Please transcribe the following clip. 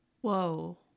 Whoa